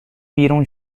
بیرون